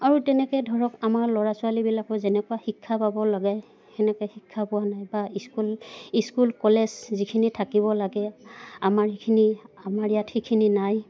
আৰু তেনেকে ধৰক আমাৰ ল'ৰা ছোৱালীবিলাকো যেনেকুৱা শিক্ষা পাব লাগে সেনেকে শিক্ষা পোৱা নাই বা স্কুল স্কুল কলেজ যিখিনি থাকিব লাগে আমাৰ সেইখিনি আমাৰ ইয়াত সেইখিনি নাই